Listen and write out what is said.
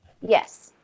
Yes